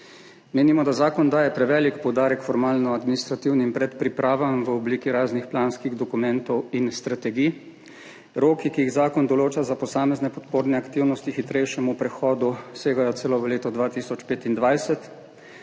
Menimo, da daje zakon prevelik poudarek formalno administrativnim predpripravam v obliki raznih planskih dokumentov in strategij. Roki, ki jih zakon določa za posamezne podporne aktivnosti hitrejšemu prehodu, segajo celo v leto 2025.